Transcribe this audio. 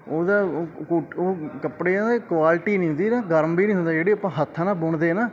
ਉਸ ਦਾ ਉਹ ਕੱਪੜਿਆਂ ਦਾ ਕੁਆਲਿਟੀ ਨਹੀਂ ਹੁੰਦੀ ਨਾ ਗਰਮ ਵੀ ਨਹੀਂ ਹੁੰਦੇ ਜਿਹੜੀ ਆਪਾਂ ਹੱਥਾਂ ਨਾਲ ਬੁਣਦੇ ਹੈ ਨਾ